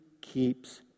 keeps